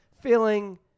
feeling